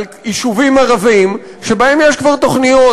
על יישובים ערביים שבהם יש כבר תוכניות,